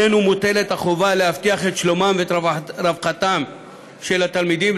עלינו מוטלת החובה להבטיח את שלומם ואת רווחתם של התלמידים.